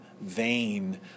vain